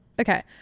Okay